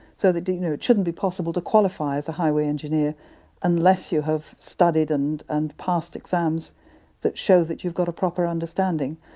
so that you know it shouldn't be possible to qualify as a highway engineer unless you have studied and and passed exams that show that you've got a proper understanding.